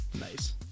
Nice